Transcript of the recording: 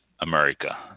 America